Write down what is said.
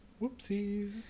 Whoopsies